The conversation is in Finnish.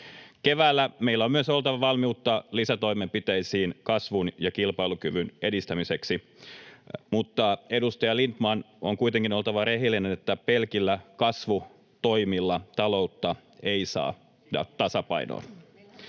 Keväällä meillä on myös oltava valmiutta lisätoimenpiteisiin kasvun ja kilpailukyvyn edistämiseksi, mutta, edustaja Lindtman, on kuitenkin oltava rehellinen siinä, että pelkillä kasvutoimilla taloutta ei saada tasapainoon.